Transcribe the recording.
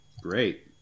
great